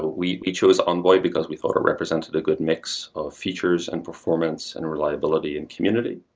we we chose envoy because we thought it represented a good mix of features and performance and reliability in community,